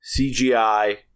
CGI